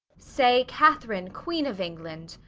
say, katherine queene of england,